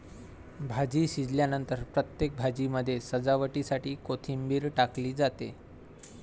भाजी शिजल्यानंतर प्रत्येक भाजीमध्ये सजावटीसाठी कोथिंबीर टाकली जाते